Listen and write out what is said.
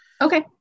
Okay